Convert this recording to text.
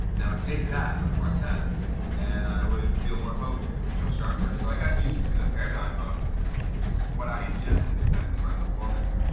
and i would take that before tests and i would feel more focused and feel sharper so i got used to the paradigm of what i ingested affecting my performance.